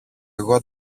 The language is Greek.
εγώ